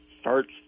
starts